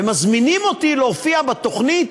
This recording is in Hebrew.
ומזמינים אותי להופיע בתוכנית.